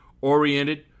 oriented